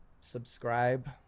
subscribe